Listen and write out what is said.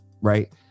right